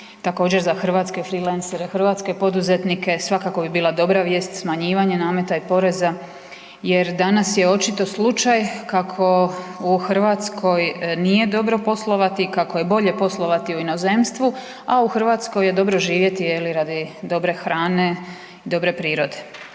također, za hrvatske freelancere, hrvatske poduzetnike, svakako bi bila dobra vijest smanjivanje nameta i poreza jer, danas je očito slučaj kako u Hrvatskoj nije dobro poslovati, kako je bolje poslovati u inozemstvu, a u Hrvatskoj je dobro živjeti je li, radi dobre hrane i dobre prirode.